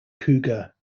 cougar